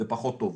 זה פחות טוב.